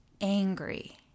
angry